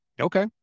Okay